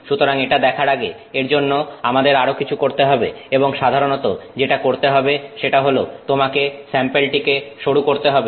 সুতরাং এটা দেখার আগে এর জন্য আমাদের আরো কিছু করতে হবে এবং সাধারণত যেটা করতে হবে সেটা হলো তোমাকে স্যাম্পলটিকে সরু করতে হবে